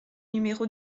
numéro